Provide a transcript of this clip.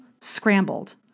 scrambled